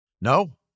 No